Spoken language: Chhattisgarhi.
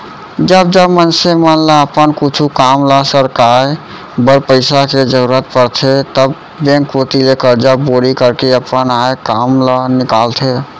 जब जब मनसे मन ल अपन कुछु काम ल सरकाय बर पइसा के जरुरत परथे तब बेंक कोती ले करजा बोड़ी करके अपन आय काम ल निकालथे